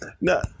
no